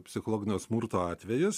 psichologinio smurto atvejus